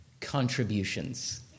Contributions